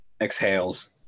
exhales